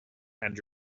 and